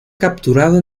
capturado